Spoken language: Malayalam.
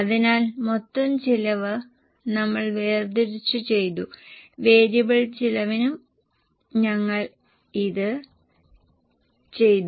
അതിനാൽ മൊത്തം ചിലവ് നമ്മൾ വേർതിരിച്ചു ചെയ്തു വേരിയബിൾ ചെലവിനും ഞങ്ങൾ ഇത് ചെയ്തു